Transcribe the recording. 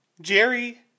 Jerry